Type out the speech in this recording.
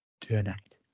tonight